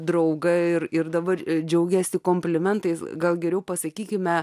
draugą ir ir dabar džiaugiasi komplimentais gal geriau pasakykime